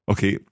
Okay